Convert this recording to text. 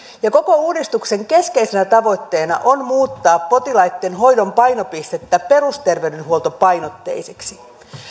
koko uudistuksen keskeisenä tavoitteena on muuttaa potilaitten hoidon painopistettä perusterveydenhuoltopainotteiseksi